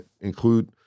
include